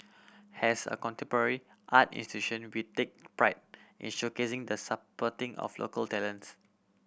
has a contemporary art institution we take pride in showcasing the supporting of local talents